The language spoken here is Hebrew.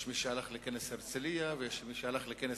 יש מי שהלך לכנס הרצלייה ויש מי שהלך לכנס